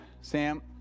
Sam